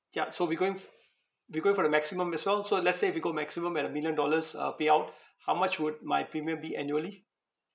yup so we going f~ we going for the maximum as well so let's say if we go maximum and a million dollars uh payout how much would my premium be annually